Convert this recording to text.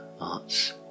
arts